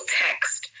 text